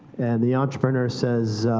and the entrepreneur says,